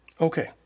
Okay